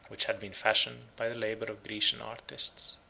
which had been fashioned by the labor of grecian artists.